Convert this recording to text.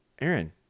Aaron